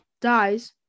dies